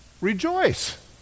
Rejoice